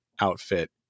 outfit